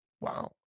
Wow